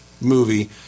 movie